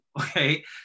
Okay